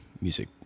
music